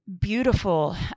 beautiful